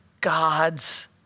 God's